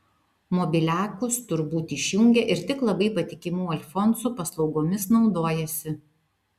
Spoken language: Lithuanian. mobiliakus tur būt išjungia ir tik labai patikimų alfonsų paslaugomis naudojasi